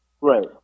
right